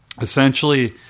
essentially